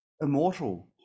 immortal